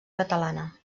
catalana